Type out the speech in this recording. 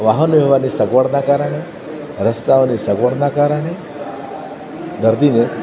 વાહન વ્યવહારની સગવડના કારણે રસ્તાઓની સગવડના કારણે દર્દીને